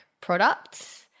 products